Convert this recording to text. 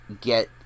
get